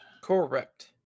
correct